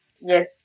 Yes